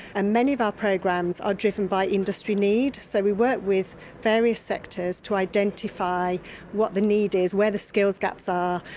and many of our programs are driven by industry need. so we work with various sectors to identify what the need is, where the skills gaps are,